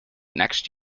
next